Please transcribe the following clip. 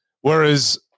Whereas